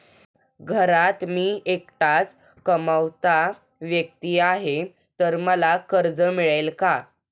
घरात मी एकटाच कमावता व्यक्ती आहे तर मला कर्ज मिळेल का?